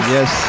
Yes